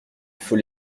faut